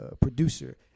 producer